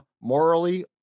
morally